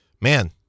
man